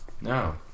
No